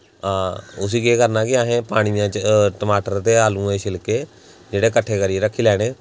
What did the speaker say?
उस्सी केह् करना कि असें पानियै च टमाटरें ते आलूएं दे शिलके जेह्ड़े कट्ठे करियै रक्खी लैने